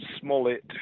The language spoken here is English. Smollett